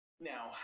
Now